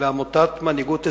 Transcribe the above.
לעמותת "מנהיגות אזרחית"